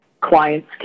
clients